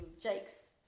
Jake's